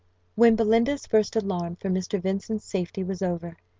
when belinda's first alarm for mr. vincent's safety was over,